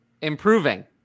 improving